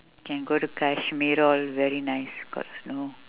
can go to kashmir all very nice got snow